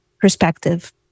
perspective